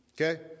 okay